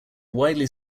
widely